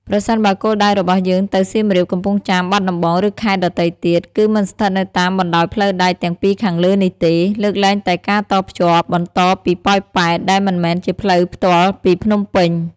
ប្រសិនបើគោលដៅរបស់យើងទៅ សៀមរាប កំពង់ចាម បាត់ដំបង ឬខេត្តដទៃទៀត គឺមិនស្ថិតនៅតាមបណ្ដោយផ្លូវដែកទាំងពីរខាងលើនេះទេ លើកលែងតែការតភ្ជាប់បន្តពីប៉ោយប៉ែត ដែលមិនមែនជាផ្លូវផ្ទាល់ពីភ្នំពេញ។